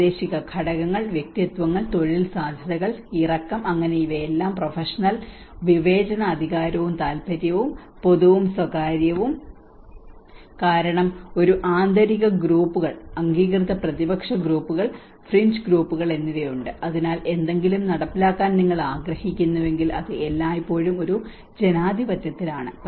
പ്രാദേശിക ഘടകങ്ങൾ വ്യക്തിത്വങ്ങൾ തൊഴിൽ സാധ്യതകൾ ഇറക്കം അങ്ങനെ ഇവയെല്ലാം പ്രൊഫഷണൽ വിവേചനാധികാരവും താൽപ്പര്യവും പൊതുവും സ്വകാര്യവും കാരണം ഒരു ആന്തരിക ഗ്രൂപ്പുകൾ അംഗീകൃത പ്രതിപക്ഷ ഗ്രൂപ്പുകൾ ഫ്രിഞ്ച് ഗ്രൂപ്പുകൾ എന്നിവയുണ്ട് അതിനാൽ എന്തെങ്കിലും നടപ്പിലാക്കാൻ നിങ്ങൾ ആഗ്രഹിക്കുന്നുവെങ്കിൽ അത് എല്ലായ്പ്പോഴും ഒരു ജനാധിപത്യത്തിലാണ്